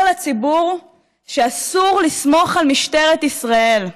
לציבור שאסור לסמוך על משטרת ישראל.